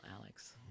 Alex